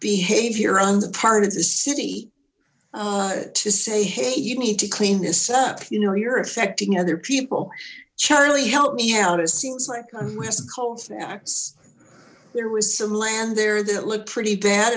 behavior on the part of the city to say hey you need to clean this up you know you're affecting other people charlie help me out seems like on west colfax there was some land there that looked pretty bad